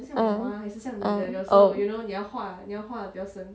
uh uh oh